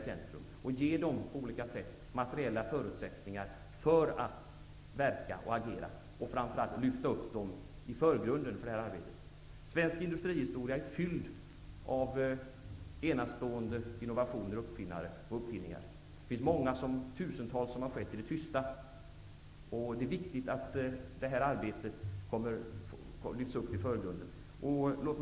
Det gäller att på olika sätt ge dem materiella förutsättningar att verka och agera, och framför allt gäller det att lyfta fram dem i förgrunden för det här arbetet. Svensk industrihistoria är fylld av enastående innovationer och uppfinningar. Tusentals sådana har skett i det tysta. Det är viktigt att det här arbetet lyfts fram i förgrunden.